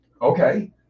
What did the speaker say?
Okay